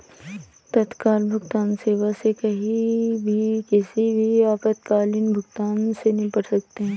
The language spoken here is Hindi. तत्काल भुगतान सेवा से कहीं भी किसी भी आपातकालीन भुगतान से निपट सकते है